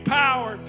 power